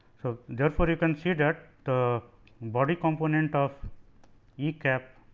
so, therefore, you can see that the body component of e cap